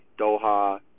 Doha